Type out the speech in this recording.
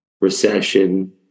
recession